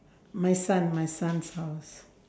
my son my son's house